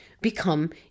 become